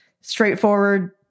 straightforward